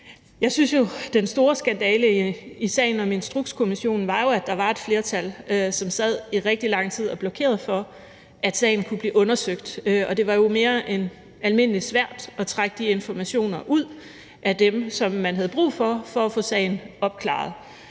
Jeg synes jo, at den store skandale i sagen om Instrukskommissionen var, at der var et flertal, som sad i rigtig lang tid og blokerede for, at sagen kunne blive undersøgt. Og det var jo mere end almindelig svært at trække de informationer, som man havde brug for for at få sagen opklaret,